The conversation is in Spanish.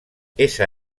esa